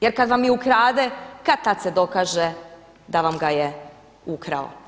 Jer kad vam i ukrade kad-tad se dokaže da vam ga je ukrao.